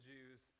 Jews